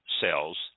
sales